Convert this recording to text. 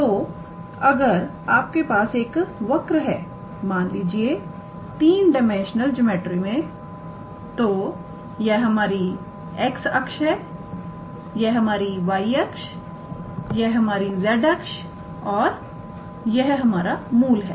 तो अगर आपके पास एक वक्र है मान लीजिए 3 डाइमेंशनलन्यू ज्योमेट्री में तो यह हमारी x अक्ष है यह हमारी y अक्ष यह हमारी z अक्ष और यह हमारा मूल है